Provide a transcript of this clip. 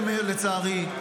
לצערי,